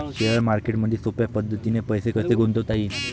Share मार्केटमधी सोप्या पद्धतीने पैसे कसे गुंतवता येईन?